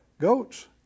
goats